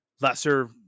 lesser